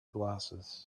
glasses